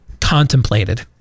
contemplated